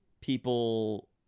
people